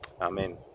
Amen